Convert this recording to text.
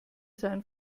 sein